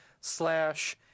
slash